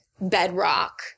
bedrock